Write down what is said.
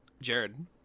Jared